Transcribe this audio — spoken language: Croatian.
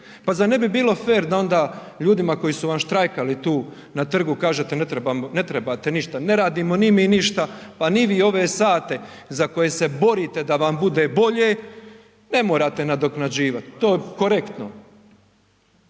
pa zar ne bi bilo fer da onda ljudima koji su vam štrajkali tu na trgu kažete ne trebate ništa, ne radimo ni mi ništa, pa ni vi ove sate za koje se borite da vam bude bolje, ne morate nadoknađivat, to je korektno.